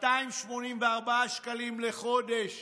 284 שקלים לחודש